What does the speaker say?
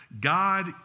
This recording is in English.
God